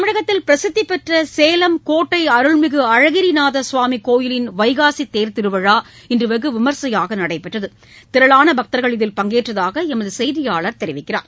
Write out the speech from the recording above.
தமிழகத்தில் பிரசித்திப் பெற்ற சேலம் கோட்டை அருள்மிகு அழகிரிநாத சுவாமி கோயிலின் வைகாசி தேர்த்திருவிழா இன்று வெகுவிமரிசையாக நடைபெற்றது திரளான பக்தர்கள் இதில் பங்கேற்றதாக எமது செய்தியாளர் தெரிவிக்கிறார்